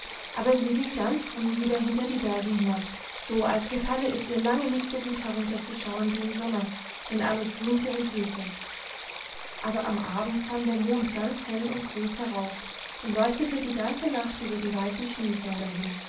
aber sie ging ganz früh wieder hinter die berge hinab so als gefalle es ihr lange nicht so gut herunterzuschauen wie im sommer wenn alles grünte und blühte aber am abend kam der mond ganz hell und groß herauf und leuchtete die ganze nacht über die weiten schneefelder hin